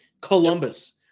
Columbus